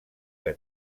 que